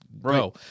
bro